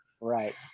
right